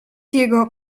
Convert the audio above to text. jego